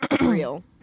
real